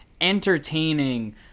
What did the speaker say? entertaining